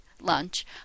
lunch